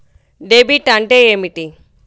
Debit అంటే ఏమిటి?